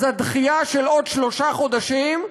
אז הדחייה של עוד שלושה חודשים,